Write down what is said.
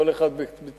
כל אחד בתחומו.